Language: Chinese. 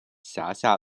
辖下